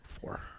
Four